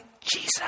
Jesus